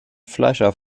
fleischer